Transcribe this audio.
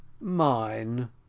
Mine